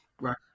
Right